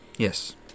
yes